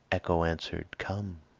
echo answered, come.